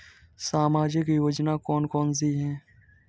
सामाजिक योजना कौन कौन सी हैं?